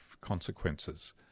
consequences